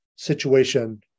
situation